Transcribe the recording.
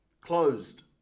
closed